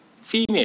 female